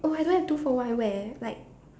oh I don't have two for one where like